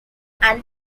end